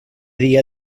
dia